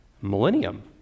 millennium